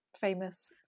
famous